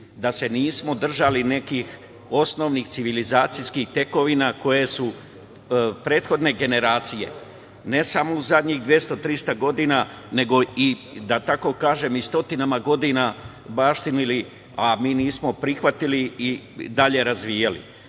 da se nismo držali nekih osnovnih civilizacijskih tekovina koje su prethodne generacije ne samo u zadnjih 200, 300 godina, nego i da tako kažem, i stotinama godina baštinili, a mi nismo prihvatili i dalje razvijali.